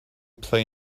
play